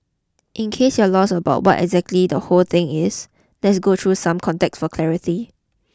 in case you're lost about what exactly the whole thing is let's go through some context for clarity